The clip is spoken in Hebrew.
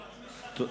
החוק.